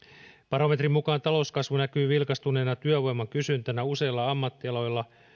barometrin mukaan talouskasvu näkyy vilkastuneena työvoiman kysyntänä useilla ammattialoilla